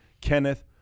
Kenneth